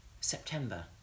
September